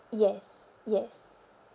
yes yes